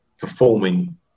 performing